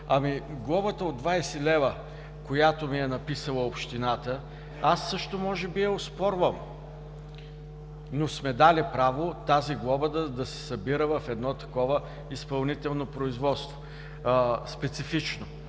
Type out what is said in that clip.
глобата от 20 лв., която ми е написала общината, аз също може би я оспорвам, но сме дали право тази глоба да се събира в едно специфично изпълнително производство, защото